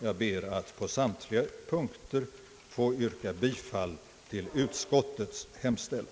Jag ber att få yrka bifall till utskottets hemställan.